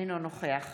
אינו נוכח